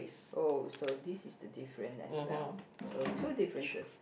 oh so this is the different as well so two differences